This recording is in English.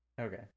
Okay